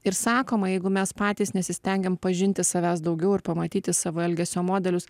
ir sakoma jeigu mes patys nesistengiam pažinti savęs daugiau ir pamatyti savo elgesio modelius